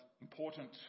important